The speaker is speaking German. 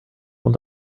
und